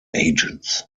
agents